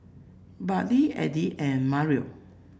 Burley Eddie and Mariel